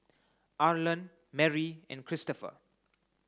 Arlen Marry and Christopher